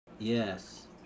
yes